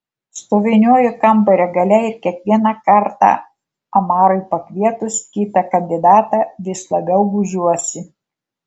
stoviniuoju kambario gale ir kiekvieną kartą amarui pakvietus kitą kandidatą vis labiau gūžiuosi